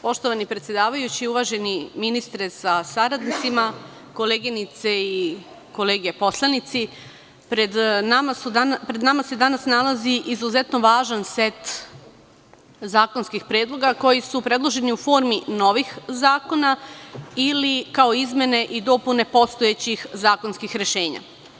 Poštovani predsedavajući, uvaženi ministre sa saradnicima, koleginice i kolege poslanici, pred nama se danas nalazi izuzetno važan set zakonskih predloga, koji su predloženi u formi novih zakona ili kao izmene i dopune postojećih zakonskih rešenja.